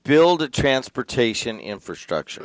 build a transportation infrastructure